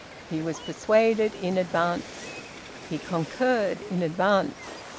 he was persuaded in advance he concurred in advance.